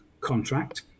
contract